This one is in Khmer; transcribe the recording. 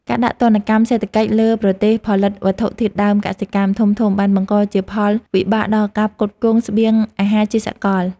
ការដាក់ទណ្ឌកម្មសេដ្ឋកិច្ចលើប្រទេសផលិតវត្ថុធាតុដើមកសិកម្មធំៗបានបង្កជាផលវិបាកដល់ការផ្គត់ផ្គង់ស្បៀងអាហារជាសកល។